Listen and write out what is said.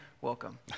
Welcome